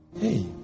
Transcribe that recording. Hey